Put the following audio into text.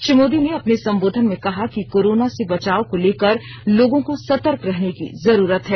श्री मोदी ने अपने संबोधन में कहा कि कोरोना से बचाव को लेकर लोगों को सतर्क रहने की जरूरत है